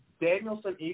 Danielson